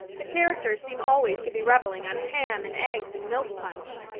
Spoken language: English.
the characters seem always to be reveling on ham and eggs and milk punch.